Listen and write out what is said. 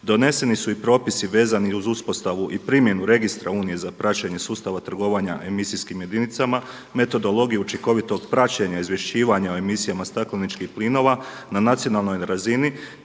Doneseni su i propisi vezani uz uspostavu i primjenu registra Unije za praćenje sustava trgovanja emisijskim jedinicama, metodologije učinkovitog praćenja izvješćivanja o emisijama stakleničkih plinova na nacionalnoj razini,